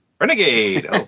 Renegade